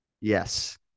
yes